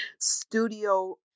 Studio